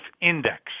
index